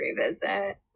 revisit